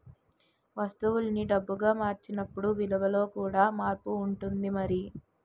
వస్తువుల్ని డబ్బుగా మార్చినప్పుడు విలువలో కూడా మార్పు ఉంటుంది మరి